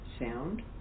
sound